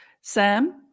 sam